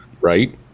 right